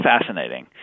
fascinating